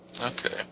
Okay